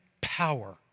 power